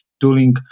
tooling